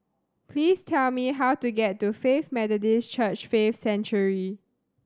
please tell me how to get to Faith Methodist Church Faith Sanctuary